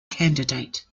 candidate